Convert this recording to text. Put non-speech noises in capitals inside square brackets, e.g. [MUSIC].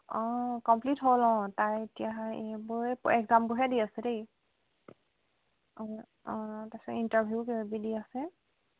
অঁ কমপ্লিট হ'ল অঁ তাৰ এতিয়াাহ এইবোৰে একজামবোৰহে দি আছে দেই অঁ অঁ তাৰপিছত ইণ্টাৰভিউ [UNINTELLIGIBLE] দি আছে